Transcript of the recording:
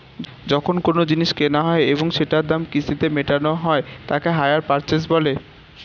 যখন কোনো জিনিস কেনা হয় এবং সেটার দাম কিস্তিতে মেটানো হয় তাকে হাইয়ার পারচেস বলে